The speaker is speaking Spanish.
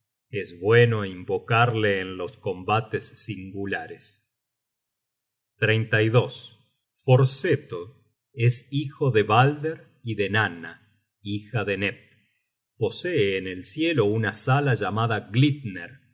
es bueno invocarle en los combates singulares content from google book search generated at forseto es hijo de balder y de nanna hija de nep posee en el cielo una sala llamada glitner